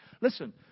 listen